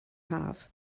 haf